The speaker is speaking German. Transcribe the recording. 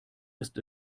ist